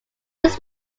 this